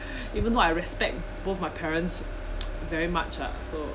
even though I respect both my parents very much lah